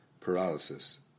paralysis